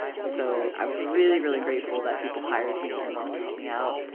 so i was really really grateful that people hired me and wanted to help me out.